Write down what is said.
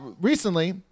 Recently